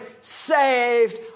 saved